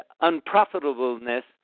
unprofitableness